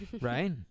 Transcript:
Right